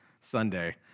Sunday